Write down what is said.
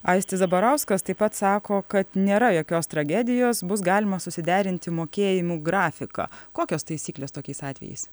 aistis zabarauskas taip pat sako kad nėra jokios tragedijos bus galima susiderinti mokėjimų grafiką kokios taisyklės tokiais atvejais